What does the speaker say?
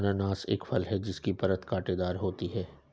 अनन्नास एक फल है जिसकी परत कांटेदार होती है